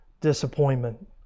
disappointment